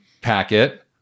packet